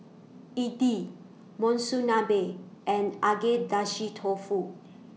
Idili Monsunabe and Agedashi Dofu